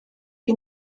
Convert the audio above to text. chi